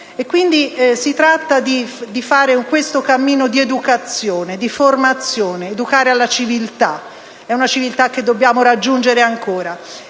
Si tratta di fare questo cammino di educazione, di formazione, educare alla civiltà. È una civiltà che dobbiamo raggiungere ancora,